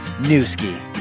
Newski